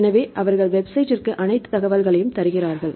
எனவே அவர்கள் வெப்சைட்ற்கு அனைத்து தகவல்களையும் தருகிறார்கள்